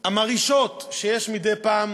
המרעישות שיש מדי פעם